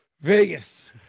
Vegas